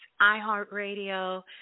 iHeartRadio